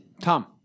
Tom